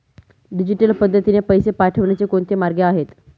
Digital पद्धतीने पैसे पाठवण्याचे कोणते मार्ग आहेत?